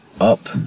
up